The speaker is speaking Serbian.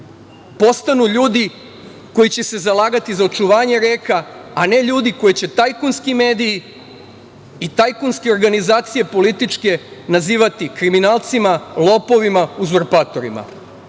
postanu ljudi koji će se zalagati za očuvanje reka, a ne ljudi koje će tajkunski mediji i tajkunske organizacije političke nazivati kriminalcima, lopovima, uzurpatorima. Zato